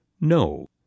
No